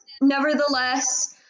Nevertheless